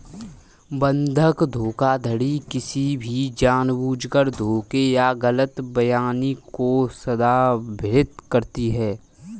बंधक धोखाधड़ी किसी भी जानबूझकर धोखे या गलत बयानी को संदर्भित करती है